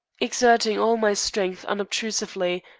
exerting all my strength unobtrusively,